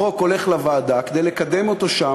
החוק הולך לוועדה כדי לקדם אותו שם.